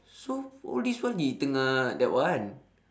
so all this while he tengah that one